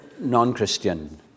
non-christian